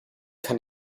kann